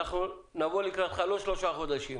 אנחנו נבוא לקראתך: לא שלושה חודשים.